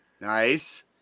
Nice